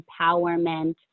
empowerment